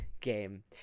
game